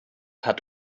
hat